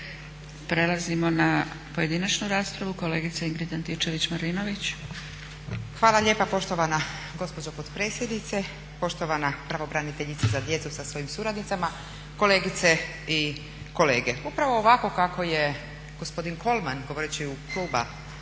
Prelazimo na pojedinačnu raspravu. Kolegica Ingrid Antičević-Marinović. **Antičević Marinović, Ingrid (SDP)** Hvala lijepo poštovana gospođo potpredsjednice, poštovana pravobraniteljice za djecu sa svojim suradnicama, kolegice i kolege. Upravo ovako kako je gospodin Kolman govoreći u ime kluba